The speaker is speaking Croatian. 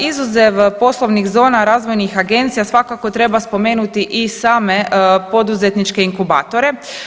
Izuzev poslovnih zona, razvojnih agencija svakako treba spomenuti i same poduzetničke inkubatore.